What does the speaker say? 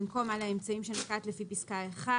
במקום "על האמצעים שנקט לפי פסקה (1),